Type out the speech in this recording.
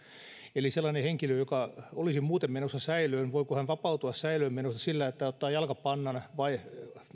eli jos henkilö olisi muuten menossa säilöön voiko hän vapautua säilöönmenosta sillä että ottaa jalkapannan vai